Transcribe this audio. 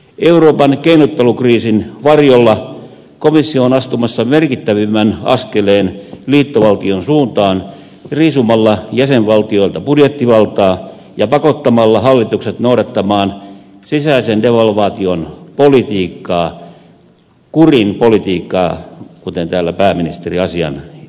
euroopan keinottelukriisin varjolla komissio on astumassa merkittävimmän askeleen liittovaltion suuntaan riisumalla jäsenvaltioilta budjettivaltaa ja pakottamalla hallitukset noudattamaan sisäisen devalvaation politiikkaa kurin politiikkaa kuten täällä pääministeri asian ilmaisi